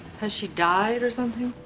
has she died or something?